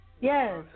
yes